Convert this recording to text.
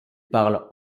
parle